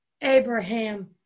Abraham